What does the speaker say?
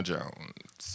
Jones